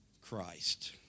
Christ